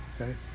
Okay